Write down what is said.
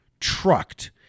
trucked